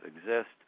Exist